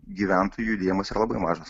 gyventojų judėjimas yra labai mažas